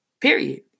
Period